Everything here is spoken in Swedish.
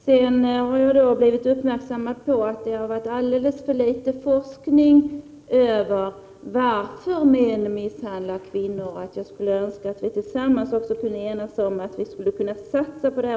Jag har också blivit uppmärksammad på att alldeles för litet forskning har bedrivits om varför män misshandlar kvinnor. Jag skulle önska att vi tillsammans kunde enas om att satsa på detta område.